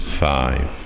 five